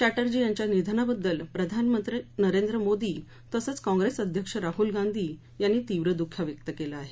चॅटर्जी यांच्या निधनाबद्दल प्रधानमंत्री नरेंद्र मोदी तसंच काँप्रेस अध्यक्ष राहल गांधी यांनी तीव्र दुःख व्यक्त केलं आहे